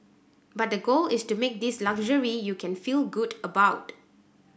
but the goal is to make this luxury you can feel good about